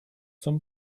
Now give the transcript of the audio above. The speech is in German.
zum